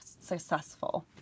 successful